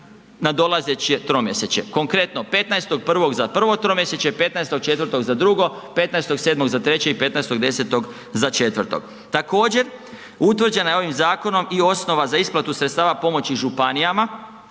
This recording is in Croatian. nadolazeće tromjesečje, konkretno 15.1. za prvo tromjesečje, 15.4. za drugo, 15.7. za treće i 15.10. za četvrto. Također, utvrđena je ovim zakonom i osnova za isplatu sredstava pomoći županijama